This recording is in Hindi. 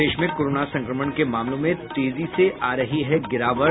प्रदेश में कोरोना संक्रमण के मामलों में तेजी से आ रही गिरावट